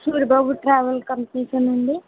Suribabu travel కంపెనీయేనా అండి